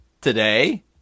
today